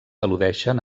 al·ludeixen